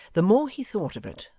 the more he thought of it,